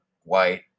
white